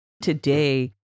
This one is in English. today